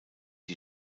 die